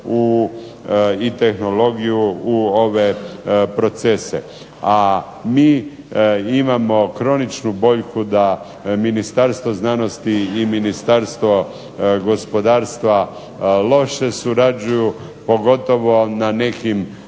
i tehnologiju u ove procese. A mi imamo kroničnu boljku da Ministarstvo znanosti i Ministarstvo gospodarstva loše surađuju, pogotovo na nekim